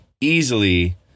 easily